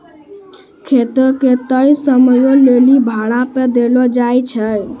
खेतो के तय समयो लेली भाड़ा पे देलो जाय छै